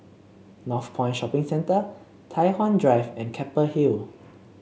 Northpoint Shopping Centre Tai Hwan Drive and Keppel Hill